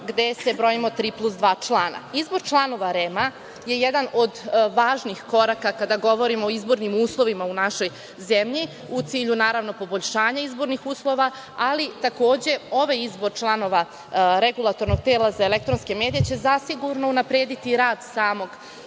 gde se brojim tri plus dva člana. Izbor članova REM-a je jedan od važnih koraka kada govorimo o izbornim uslovima u našoj zemlji u cilju naravno poboljšanja izbornih uslova ali takođe ovaj izbor članova REM će zasigurno unaprediti rad samog